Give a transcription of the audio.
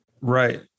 Right